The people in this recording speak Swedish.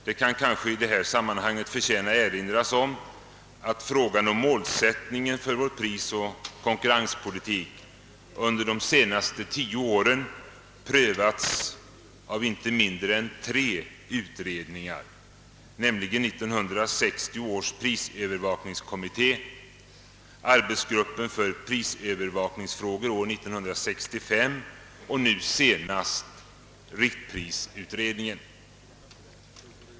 Det kan måhända i detta sammanhang förtjäna erinras om att frågan om målsättningen för vår prisoch konkurrenspolitik under de senaste tio åren har prövats av inte mindre än tre utredningar, nämligen 1960 års prisövervakningskommitté, arbetsgruppen för prisövervakningsfrågor år 1965 och nu senast riktprisutredningen.